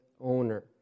owner